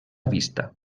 vista